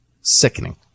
Sickening